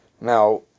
Now